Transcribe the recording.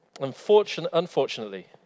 Unfortunately